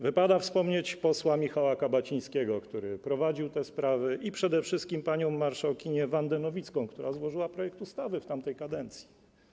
Wypada wspomnieć posła Michała Kabacińskiego, który prowadził te sprawy, i przede wszystkim panią marszałkinię Wandę Nowicką, która złożyła projekt ustawy w tamtej kadencji.